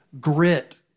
grit